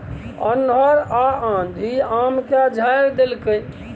अन्हर आ आंधी आम के झाईर देलकैय?